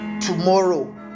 tomorrow